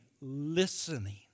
listening